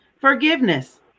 forgiveness